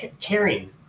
caring